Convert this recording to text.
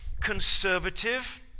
conservative